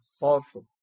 powerful